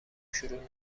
شروع